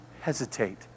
hesitate